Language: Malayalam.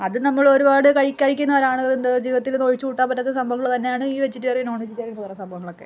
അത് നമ്മളൊരുപാട് കഴി കഴിക്കുന്നവരാണ് എന്ത് ജീവത്തിൽ ഒഴിച്ച് കൂട്ടാൻ പറ്റാത്ത സംഭവങ്ങള് തന്നെയാണ് ഈ വെജിറ്റേറിയൻ നോൺ വെജിറ്റേറിയൻ പറയുന്ന സംഭവങ്ങളൊക്കെ